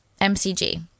mcg